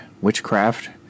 witchcraft